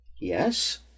Yes